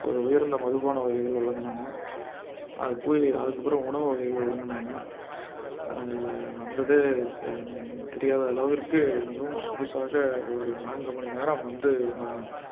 ஒரு உயர்ந்த மதுபானம் வகைகள் வழங்குனாங்க அது போய் அதுக்கப்புறம் உணவு வகைகள் வழங்குனாங்க அது வந்ததே தே தெரியாத அளவிற்கு மிகவும் சொகுசாக ஒரு நான்கு மணிநேரம் வந்து நான்